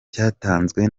cyatanzwe